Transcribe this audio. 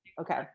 Okay